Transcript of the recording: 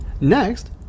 Next